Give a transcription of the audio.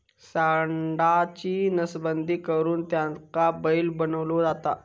सांडाची नसबंदी करुन त्याका बैल बनवलो जाता